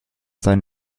sein